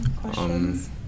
Questions